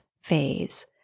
phase